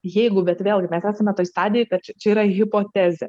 jeigu bet vėlgi mes esame toj stadijoj kad čia yra hipotezė